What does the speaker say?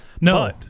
No